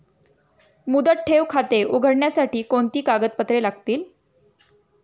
मुदत ठेव खाते उघडण्यासाठी कोणती कागदपत्रे लागतील?